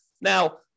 Now